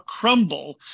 crumble